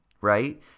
right